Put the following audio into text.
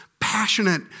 passionate